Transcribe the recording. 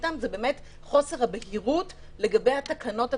איתם זה באמת חוסר הבהירות לגבי התקנות עצמן,